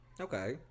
okay